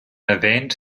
erwähnt